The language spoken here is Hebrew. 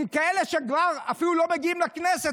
עם כאלה שאפילו לא מגיעים לכנסת,